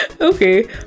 okay